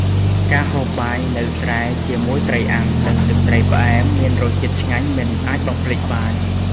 ការហូបបាយនៅស្រែជាមួយត្រីអាំង និងទឹកត្រីផ្អែម មានរសជាតិឆ្ងាញ់មិនអាចបំភ្លេចបាន។